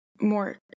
more